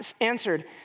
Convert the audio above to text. answered